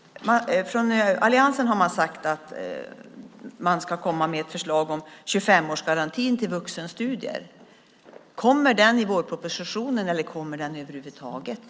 Från alliansen har man sagt att man ska komma med ett förslag om en 25-årsgaranti till vuxenstudier. Kommer det i vårpropositionen? Kommer det över huvud taget?